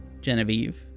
Genevieve